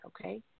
okay